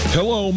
Hello